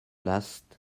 last